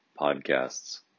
podcasts